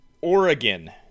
Oregon